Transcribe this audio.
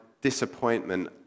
disappointment